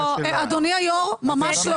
אדוני היו"ר, ממש לא.